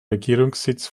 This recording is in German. regierungssitz